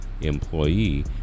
employee